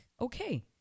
okay